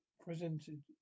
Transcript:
presented